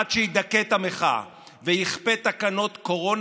אחד שידכא את המחאה ויכפה תקנות קורונה